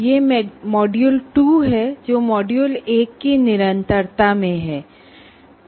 यह मॉड्यूल 2 है जो मॉड्यूल 1 के क्रम में अगला भाग है